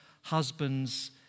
husbands